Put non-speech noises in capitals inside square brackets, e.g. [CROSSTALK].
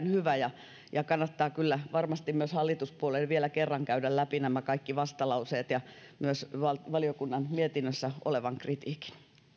[UNINTELLIGIBLE] hyvä ja ja kannattaa kyllä varmasti myös hallituspuolueiden vielä kerran käydä läpi nämä kaikki vastalauseet ja myös valiokunnan mietinnössä oleva kritiikki